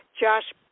Josh